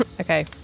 Okay